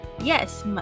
yes